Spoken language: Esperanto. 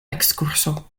ekskurso